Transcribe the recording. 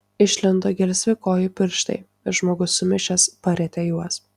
išlindo gelsvi kojų pirštai ir žmogus sumišęs parietė juos